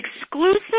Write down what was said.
exclusive